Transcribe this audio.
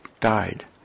died